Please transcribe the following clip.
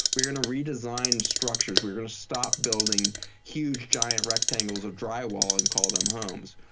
we're going to redesign structures. we're going to stop building huge, giant rectangles of drywall and call them homes.